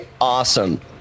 awesome